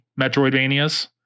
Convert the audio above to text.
Metroidvanias